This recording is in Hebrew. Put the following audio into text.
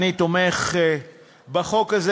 אני תומך בחוק הזה.